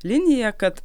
linija kad